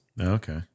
Okay